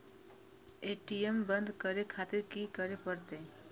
ATM बंद करें खातिर की करें परतें?